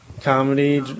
Comedy